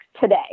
today